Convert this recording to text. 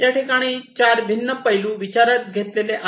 याठिकाणी चार भिन्न पैलू विचारात घेतलेले आहेत